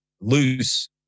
loose